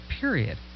period